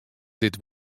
dit